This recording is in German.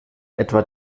etwa